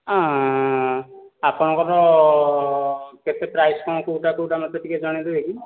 ଆପଣଙ୍କର କେତେ ପ୍ରାଇସ୍ କ'ଣ କେଉଁଟା କେଉଁଟା ମୋତେ ଟିକେ ଜଣାଇ ଦେବେ କି